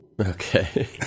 Okay